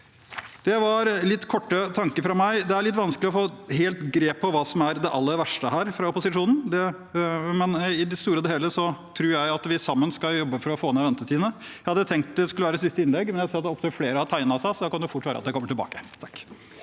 Det var noen korte tanker fra meg. Det er litt vanskelig å få helt grep på hva som er det aller verste her, fra opposisjonen, men i det store og hele tror jeg at vi sammen skal jobbe for å få ned ventetidene. Jeg hadde tenkt at dette skulle være siste innlegg, men jeg ser at opptil flere har tegnet seg, så da kan det fort være at jeg kommer tilbake.